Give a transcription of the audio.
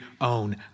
own